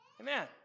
Amen